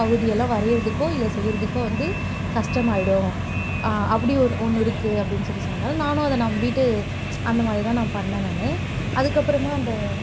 பகுதியெல்லாம் வரைகிறதுக்கோ இல்லை செய்கிறதுக்கோ வந்து கஷ்டமாகிடும் அப்படி ஒரு ஒன்று இருக்குது அப்படின்னு சொல்லி சொன்னதால் நானும் அதை நம்பிவிட்டு அந்தமாதிரியே தான் நான் பண்ணினேன் நான் அதுக்கப்புறமா அந்த